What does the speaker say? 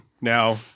now